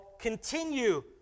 continue